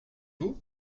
vous